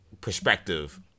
perspective